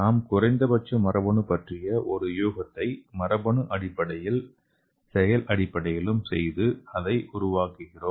நாம் குறைந்தபட்ச மரபணு பற்றிய ஒரு யுகத்தை மரபணு அடிப்படையிலும் செயல் அடிப்படையிலும் செய்து அதை உருவாக்குகிறோம்